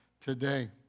today